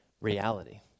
reality